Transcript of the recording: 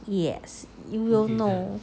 yes you will know